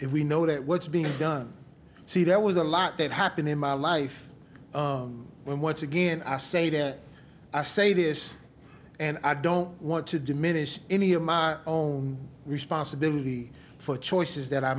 if we know that what's being done see there was a lot that happened in my life when once again i say that i say this and i don't want to diminish any of my own responsibility for choices that i